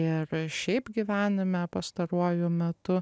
ir šiaip gyvenime pastaruoju metu